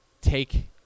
take